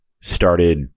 started